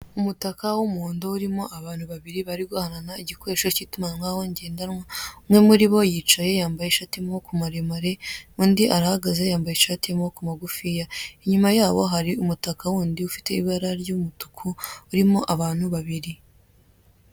Umutaka w'umuhondo urimo abantu babiri bari guhana igikoresho k'itumanaho ngendanwa, umwe muri bo yicaye yambaye ishati y'amaboko maremare undi arahagaze yambaye ishati y'amaboko magufiya, inyuma yabo hari umutaka wundi ufite ibara ry'umutuku, urimo abantu babiri.